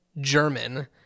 german